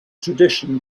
tradition